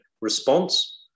response